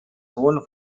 sohn